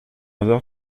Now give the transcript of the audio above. hasard